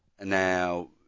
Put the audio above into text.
Now